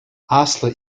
аслӑ